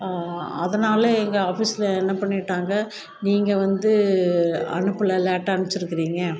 அதனால் எங்கள் ஆஃபீஸில் என்ன பண்ணிவிட்டாங்க நீங்கள் வந்து அனுப்பலை லேட்டாக அனுப்ச்சிஇருக்கிறீங்க